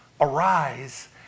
arise